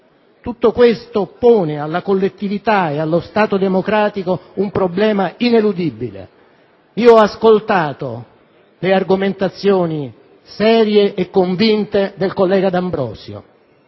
Tutto questo pone alla collettività e allo Stato democratico un problema ineludibile. Ho ascoltato le argomentazioni serie e convinte del collega D'Ambrosio